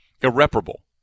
irreparable